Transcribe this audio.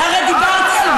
את עושה.